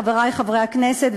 חברי חברי הכנסת,